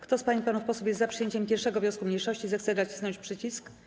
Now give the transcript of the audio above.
Kto z pań i panów posłów jest za przyjęciem 1. wniosku mniejszości, zechce nacisnąć przycisk.